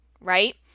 right